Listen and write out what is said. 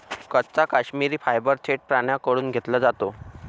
कच्चा काश्मिरी फायबर थेट प्राण्यांकडून घेतला जातो